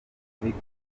afurika